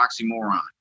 Oxymoron